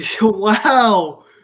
Wow